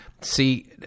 See